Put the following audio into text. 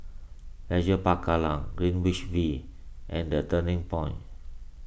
Leisure Park Kallang Greenwich V and the Turning Point